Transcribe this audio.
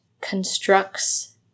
constructs